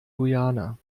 guyana